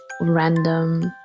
random